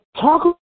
Talk